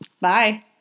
Bye